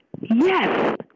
Yes